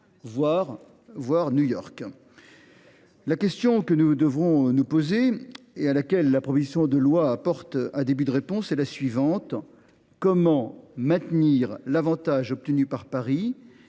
voire New York. La question que nous devons poser et à laquelle la proposition de loi vise à apporter un début de réponse est la suivante : comment maintenir l’avantage obtenu par Paris,